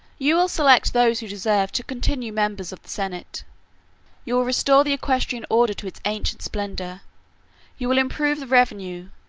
you will select those who deserve to continue members of the senate you will restore the equestrian order to its ancient splendor you will improve the revenue,